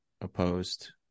opposed